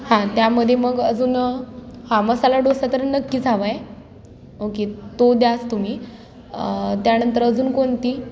हां त्यामध्ये मग अजून हां मसाला डोसा तर नक्कीच हवा आहे ओके तो द्याचं तुम्ही त्यानंतर अजून कोणती